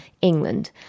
England